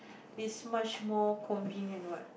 is much more convenient what